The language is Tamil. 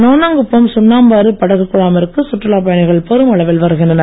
நோனாங்குப்பம் சுண்ணாம்பாறு படகு குழாமிற்கு சுற்றுலா பயணிகள் பெருமளவில் வருகின்றனர்